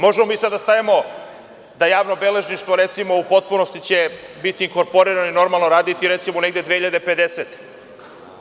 Možemo mi sad da stavimo da će javno beležništvo, recimo, u potpunosti biti korporirano i normalno raditi, recimo, negde 2050. godine.